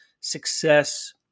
success